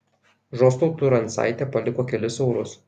žostautui rancaitė paliko kelis eurus